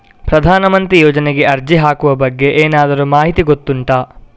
ಪ್ರಧಾನ ಮಂತ್ರಿ ಯೋಜನೆಗೆ ಅರ್ಜಿ ಹಾಕುವ ಬಗ್ಗೆ ಏನಾದರೂ ಮಾಹಿತಿ ಗೊತ್ತುಂಟ?